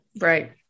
Right